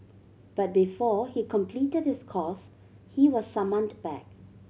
but before he completed his course he was summoned back